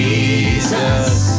Jesus